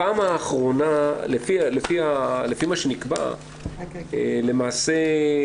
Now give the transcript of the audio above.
לפי מה שנקבע למעשה,